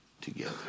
together